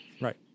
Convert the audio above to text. right